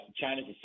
China's